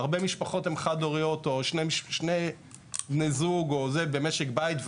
הרבה משפחות הן חד-הוריות או שני בני זוג במשק בית,